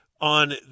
On